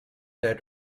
that